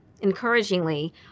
Encouragingly